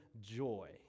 joy